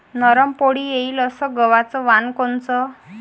नरम पोळी येईन अस गवाचं वान कोनचं?